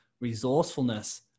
resourcefulness